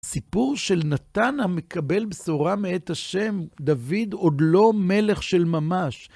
סיפור של נתן המקבל בשורה מעת השם, דוד עוד לא מלך של ממש.